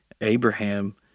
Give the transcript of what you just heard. Abraham